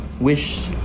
wish